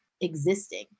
existing